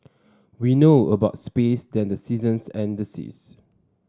we know about space than the seasons and the seas